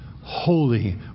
holy